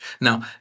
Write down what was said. Now